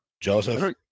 joseph